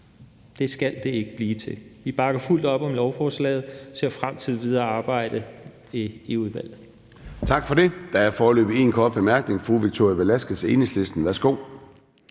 Det skal det ikke blive til. Vi bakker fuldt op om lovforslaget og ser frem til det videre arbejde i udvalget.